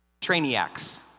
Trainiacs